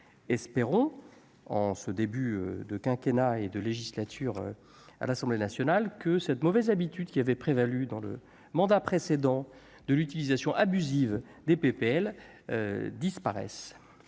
espérons en ce début de quinquennat et de législature à l'Assemblée nationale que cette mauvaise habitude qui avait prévalu dans le mandat précédent de l'utilisation abusive des PPL disparaissent